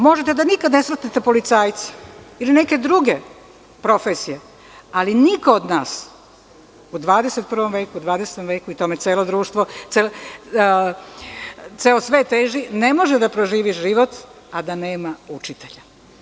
Možete da nikada ne sretnete policajca ili neke druge profesije, ali niko od nas u 21. veku i 20. veku i tome celo društvo, ceo svet teži, ne može da proživi život, a da nema učitelja.